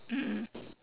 mm